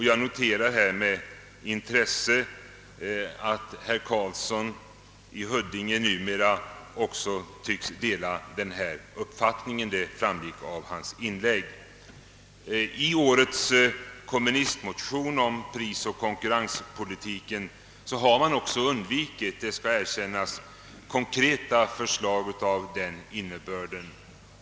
Jag noterar med intresse att herr Karlsson i Huddinge numera också tycks dela denna uppfattning. Detta framgick av hans inlägg. I årets kommunistmotion om prisoch konkurrenspolitiken har man också det skall erkännas — undvikit konkreta förslag av denna innebörd.